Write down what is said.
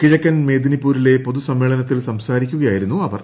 കിഴക്കൻ മേദിനിപൂരിലെ പൊതുസമ്മേളനത്തിൽ സംസാരിക്കുകയായിരുന്നു അവർ